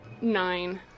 nine